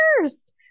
first